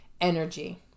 Energy